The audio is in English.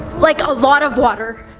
like, a lot of water.